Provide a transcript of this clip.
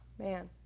man,